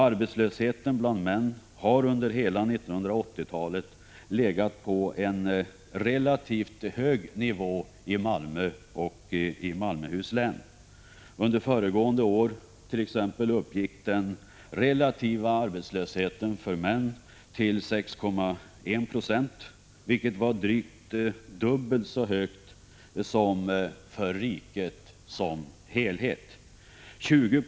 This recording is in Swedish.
Arbetslösheten bland männen i Malmö och i Malmöhus län över huvud taget har under hela 1980-talet legat på en relativt hög nivå. Under föregående år t.ex. låg den relativa arbetslösheten för män i den här regionen på 6,1 90. Jämfört med riket som helhet är arbetslösheten här alltså dubbelt så stor.